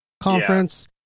conference